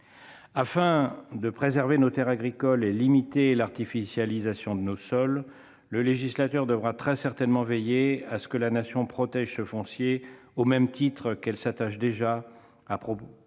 Afin de préserver nos terres agricoles et de limiter l'artificialisation de nos sols, le législateur devra très certainement veiller à ce que la Nation protège ce foncier au même titre qu'elle s'attache déjà à protéger